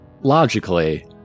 logically